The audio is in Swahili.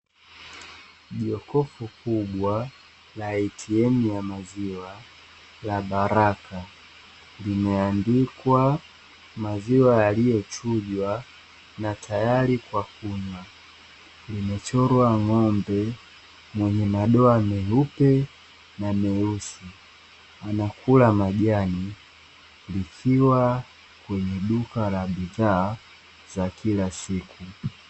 Jokofu kubwa la "ATM" ya maziwa la "Baraka", limeandikwa maziwa yaliyochujwa na tayari kwa kunywa; imechorwa ng'ombe mwenye madoa meupe na meusi anakula majani, ikiwa kwenye duka la bidhaa za kila siku.